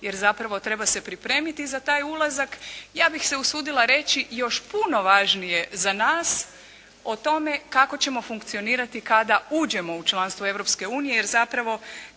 jer zapravo treba se pripremiti za taj ulazak. Ja bih se usudila reći još puno važnije za nas o tome kako ćemo funkcionirati kada uđemo u članstvo Europske